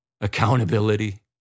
accountability